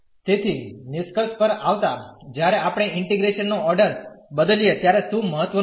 તેથી નિષ્કર્શ પર આવતા જ્યારે આપણે ઇન્ટીગ્રેશન નો ઓર્ડર બદલીએ ત્યારે શું મહત્વનું છે